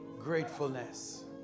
gratefulness